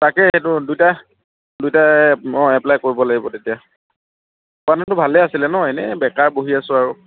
তাকেইতো দুইটা দুইটাই মই এপ্লাই কৰিব লাগিব তেতিয়া পোৱা হেঁতেনতো ভালেই আছিলে ন এনেই বেকাৰ বহি আছোঁ আৰু